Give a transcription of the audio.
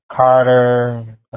Carter